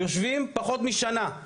יושבים פחות משנה,